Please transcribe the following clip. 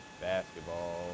basketball